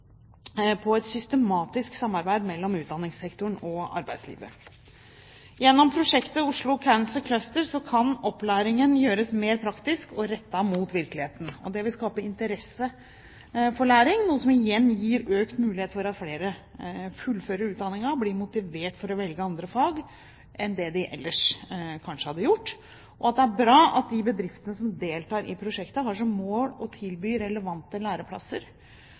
på et systematisk samarbeid mellom utdanningssektoren og arbeidslivet. Gjennom prosjektet Oslo Cancer Cluster kan opplæringen gjøres mer praktisk og rettet mot virkeligheten. Det vil skape interesse for læring, noe som igjen gir økt mulighet for at flere fullfører utdanningen, og kanskje blir motivert for å velge andre fag enn det de ellers hadde gjort. Det er bra at de bedriftene som deltar i prosjektet, har som mål å tilby relevante læreplasser,